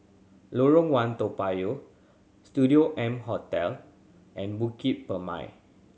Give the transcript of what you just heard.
Lorong One Toa Payoh Studio M Hotel and Bukit Purmei